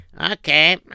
Okay